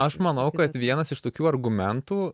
aš manau kad vienas iš tokių argumentų